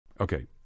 Okay